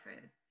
first